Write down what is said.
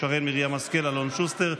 שרן מרים השכל ואלון שוסטר,